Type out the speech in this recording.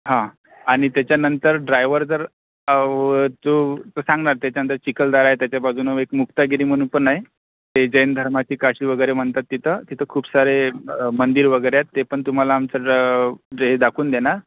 हां आणि त्याच्यानंतर ड्रायव्हर जर तो सांगणार त्याच्यानंतर चिखलदरा आहे त्याच्या बाजूनं एक मुक्तागिरी म्हणून पण आहे ते जैन धर्माची काशी वगैरे म्हणतात तिथं तिथं खूप सारे मंदिर वगैरे आहेत ते पण तुम्हाला आमचा ड हे दाखवून देणार